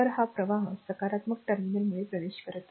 तर हा प्रवाह सकारात्मक टर्मिनलमुळे प्रवेश करत आहे